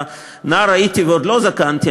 נער הייתי ועוד לא זקנתי,